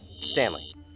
Stanley